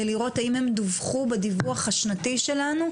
לראות האם הם דווחו בדיווח השנתי שלנו,